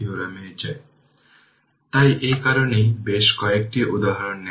আর তাই isc হবে 4 ampere